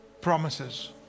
promises